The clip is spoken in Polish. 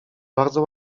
bardzo